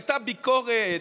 הייתה ביקורת,